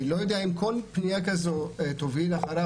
אני לא יודע אם כל פנייה כזו תוביל אחריה